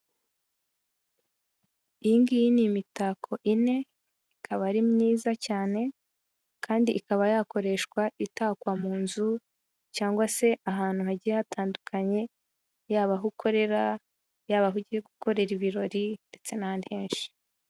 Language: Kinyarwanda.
Iyi ngiyi ni imitako ine ikaba ari myiza cyane kandi ikaba yakoreshwa itakwa mu nzu cyangwa se ahantu hagiye hatandukanye, yaba aho ukorera, yaba aho ugiye gukorera ibirori ndetse n'ahandi henshi.